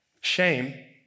shame